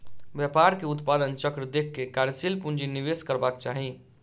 व्यापार के उत्पादन चक्र देख के कार्यशील पूंजी निवेश करबाक चाही